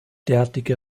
derartige